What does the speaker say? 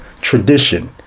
tradition